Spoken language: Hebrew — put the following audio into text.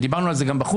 ודיברנו על זה גם בחוץ,